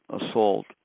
assault